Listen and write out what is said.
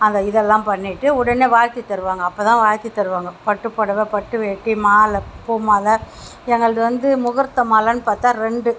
அந்த இதெல்லாம் பண்ணிவிட்டு உடனே வாழ்த்தித் தருவாங்க அப்போ தான் வாழ்த்தித் தருவாங்க பட்டுப்புடவ பட்டு வேட்டி மாலை பூ மாலை எங்களுது வந்து முகூர்த்த மாலைன்னு பார்த்தா ரெண்டு